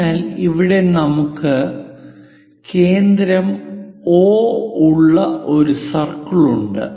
അതിനാൽ ഇവിടെ നമുക്ക് കേന്ദ്രം O ഉള്ള ഒരു സർക്കിൾ ഉണ്ട്